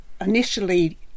initially